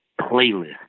playlist